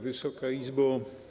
Wysoka Izbo!